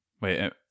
Wait